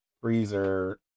Freezer